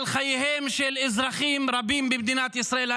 על חייהם של אזרחים רבים במדינת ישראל,